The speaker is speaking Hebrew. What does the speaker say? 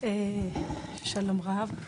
שלום רב.